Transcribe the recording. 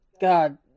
God